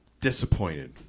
Disappointed